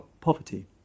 poverty